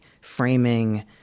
framing